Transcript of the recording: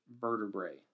vertebrae